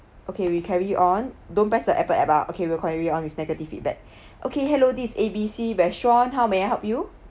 okay we carry on don't press the Apple app ah okay we will carry on with negative feedback okay hello this A B C restaurant how may I help you